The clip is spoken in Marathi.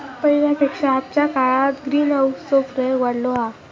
पहिल्या पेक्षा आजच्या काळात ग्रीनहाऊस चो प्रयोग वाढलो हा